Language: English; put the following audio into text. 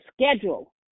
schedule